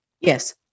Yes